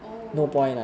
oh